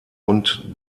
und